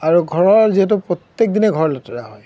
আৰু ঘৰৰ যিহেতু প্ৰত্যেক দিনে ঘৰ লেতেৰা হয়